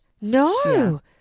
No